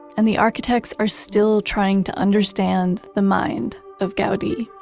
and the architects are still trying to understand the mind of gaudi